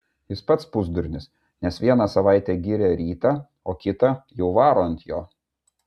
jis pats pusdurnis nes vieną savaitę giria rytą o kitą jau varo ant jo